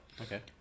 Okay